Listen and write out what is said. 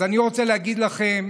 אז אני רוצה להגיד לכם